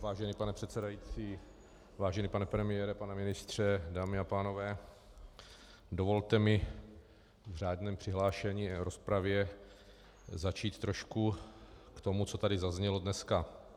Vážený pane předsedající, vážený pane premiére, pane ministře, dámy a pánové, dovolte mi v řádném přihlášení v rozpravě zatím trošku k tomu, co tady zaznělo dneska.